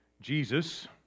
Jesus